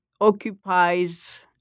occupies